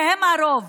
שהם הרוב.